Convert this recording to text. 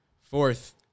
fourth